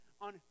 on